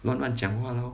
乱乱讲话 lor